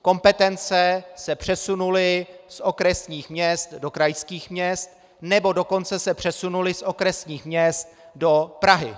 Kompetence se přesunuly z okresních měst do krajských měst, nebo dokonce se přesunuly z okresních měst do Prahy.